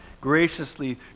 graciously